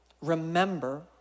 remember